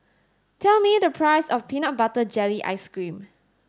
tell me the price of peanut butter jelly ice cream